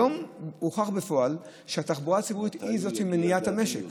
היום הוכח בפועל שהתחבורה הציבורית היא שמניעה את המשק.